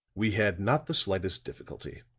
we had not the slightest difficulty.